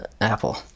Apple